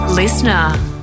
Listener